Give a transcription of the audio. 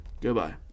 goodbye